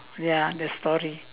ya the story